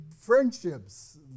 friendships